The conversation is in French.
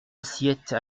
assiette